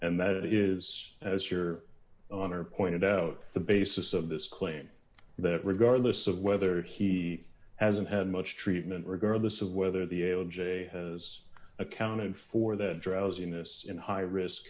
and that is as your honor pointed out the basis of this claim that regardless of whether he hasn't had much treatment regardless of whether the able jay has accounted for that drowsiness in high risk